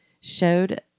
showed